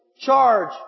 Charge